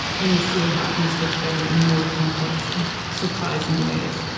can you see how things fit together in more complex and surprising ways?